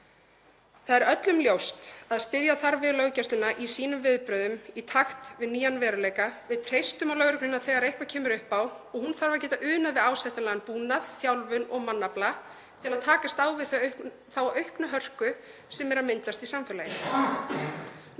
Það er öllum ljóst að styðja þarf við löggæsluna í sínum viðbrögðum í takt við nýjan veruleika. Við treystum á lögregluna þegar eitthvað kemur upp á og hún þarf að geta unað við ásættanlegan búnað, þjálfun og mannafla til að takast á við þá auknu hörku sem er að myndast í samfélaginu.